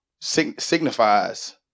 signifies